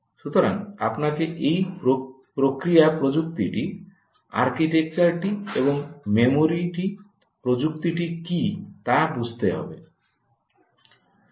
সুতরাং আপনাকে এই প্রক্রিয়া প্রযুক্তিটি আর্কিটেকচারটি এবং মেমরিটি প্রযুক্তিটি কী তা বুঝতে হবে